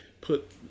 put